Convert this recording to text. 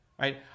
Right